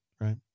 right